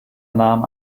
nahm